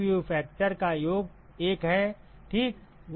सभी view factor का योग 1 है ठीक